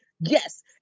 Yes